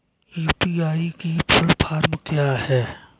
UPI की full form क्या है?